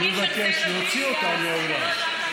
אני מבקש להוציא אותה מהאולם.